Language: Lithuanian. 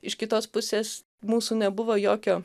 iš kitos pusės mūsų nebuvo jokio